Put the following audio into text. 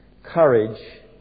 Courage